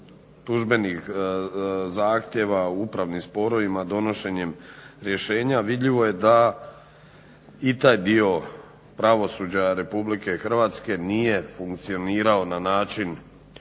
tužbenih zahtjeva u upravnim sporovima donošenjem rješenja vidljivo je da i taj dio pravosuđa RH nije funkcionirao na način